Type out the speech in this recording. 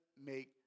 make